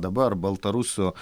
dabar baltarusų